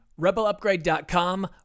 rebelupgrade.com